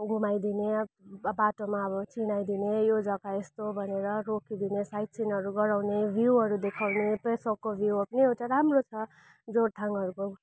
घुमाइदिने अब बाटोमा अब चिनाइदिने यो जग्गा यस्तो हो भनेर रोकिदिने साइट सिनहरू गराउने भ्यूहरू देखाउने पेसोक भ्यूहरू पनि एउटा राम्रो छ जोरथाङहरूको